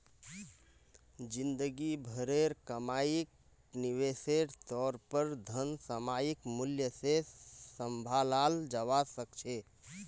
जिंदगी भरेर कमाईक निवेशेर तौर पर धन सामयिक मूल्य से सम्भालाल जवा सक छे